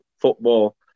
football